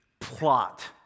plot